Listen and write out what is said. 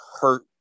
hurt